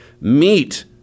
meat